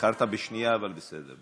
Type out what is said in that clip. איחרת בשנייה, אבל בסדר.